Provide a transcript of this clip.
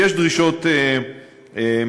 יש דרישות משפטיות.